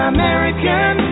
American